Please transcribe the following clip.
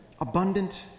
Abundant